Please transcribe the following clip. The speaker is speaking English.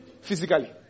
physically